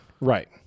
Right